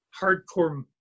hardcore